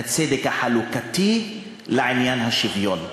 לצדק החלוקתי, לעניין השוויון.